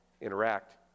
interact